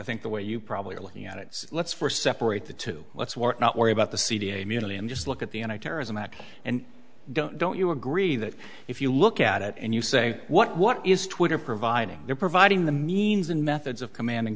think the way you probably are looking at it let's for separate the two let's work not worry about the c d a million just look at the end of terrorism act and don't don't you agree that if you look at it and you say what what is twitter providing they're providing the means and methods of command